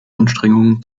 anstrengungen